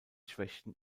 schwächten